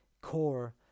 core